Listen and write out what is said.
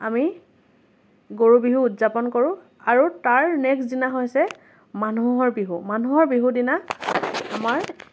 আমি গৰু বিহু উদযাপন কৰোঁ আৰু তাৰ নেক্স দিনা হৈছে মানুহৰ বিহু মানুহৰ বিহুদিনা আমাৰ